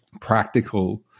practical